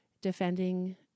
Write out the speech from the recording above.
defending